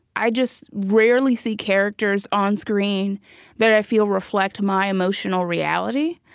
i just rarely see characters onscreen that i feel reflect my emotional reality.